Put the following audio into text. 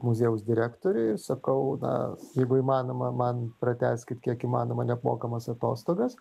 muziejaus direktoriui ir sakau na jeigu įmanoma man pratęskit kiek įmanoma neapmokamas atostogas